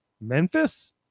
Memphis